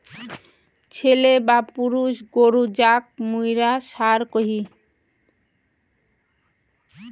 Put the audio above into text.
ছেলে বা পুরুষ গরু যাক মুইরা ষাঁড় কহি